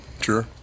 sure